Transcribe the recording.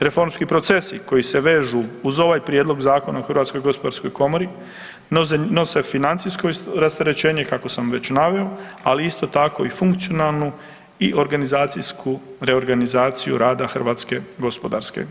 Reformski procesi koji se vežu uz ovaj Prijedlog zakona o HGK nosi financijsko rasterećenje kako sam već naveo, ali isto tako i funkcionalnu i organizacijsku reorganizaciju rada HGK.